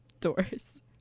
doors